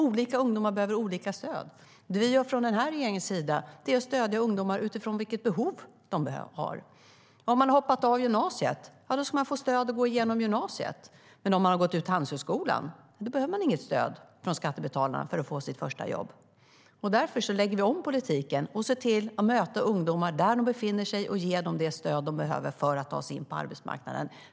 Olika ungdomar behöver olika stöd. Det regeringen nu gör är därför att stödja ungdomar utifrån vilket behov de har. Har man hoppat av gymnasiet ska man få stöd att gå igenom gymnasiet. Men om man har gått ut Handelshögskolan behöver man inget stöd från skattebetalarna för att få sitt första jobb. Därför lägger vi om politiken och ser till att möta ungdomar där de befinner sig och ge dem det stöd de behöver för att ta sig in på arbetsmarknaden.